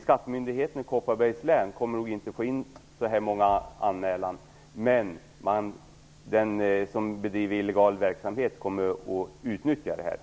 Skattemyndigheten i Kopparbergs län kommer nog inte att få in så många anmälningar. Men den som bedriver illegal verksamhet kommer att utnyttja regeln.